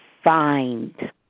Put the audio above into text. Find